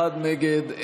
אחד נגד,